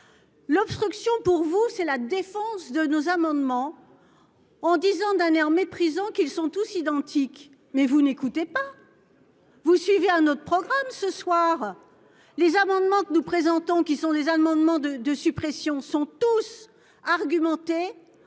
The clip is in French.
L'obstruction pour vous, c'est la défense de nos amendements. En disant d'un air méprisant qu'ils sont tous identiques, mais vous n'écoutez pas. Vous suivez un autre programme ce soir. Les amendements que nous présentons, qui sont des amendements de de suppressions sont tous argumenter